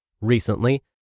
Recently